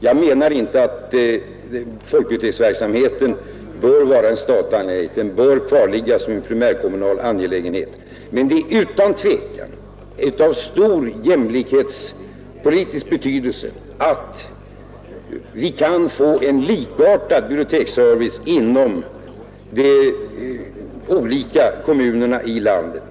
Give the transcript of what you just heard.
Jag menar inte att folkbiblioteksverksamheten bör vara en statlig angelägenhet. Den bör kvarligga som en primärkommunal angelägenhet, men det är utan tvekan av stor jämlikhetspolitisk betydelse att vi kan få en likartad biblioteksservice inom de olika kommunerna i landet.